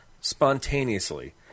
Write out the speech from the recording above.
spontaneously